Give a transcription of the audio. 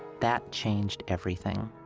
that changed everything.